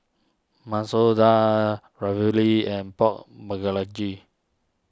Masoor Dal Ravioli and Pork